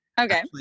Okay